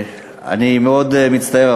אני מאוד מצטער,